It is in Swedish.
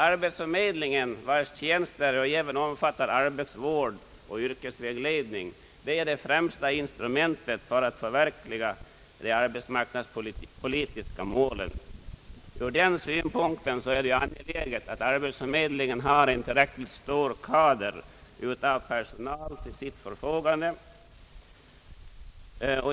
Arbetsförmedlingen, vars = tjänster även omfattar arbetsvård och yrkesvägledning, är det viktigaste instrumentet för att förverkliga de arbetsmarknadspolitiska målen. Ur den synpunkten är det angeläget att arbetsförmedlingen har en tillräckligt stor personalkader till sitt förfogande.